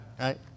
right